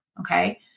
Okay